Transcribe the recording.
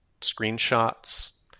screenshots